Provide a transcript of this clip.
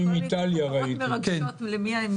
וגם העניין של האכיפה על ידי המשרד לביטחון פנים.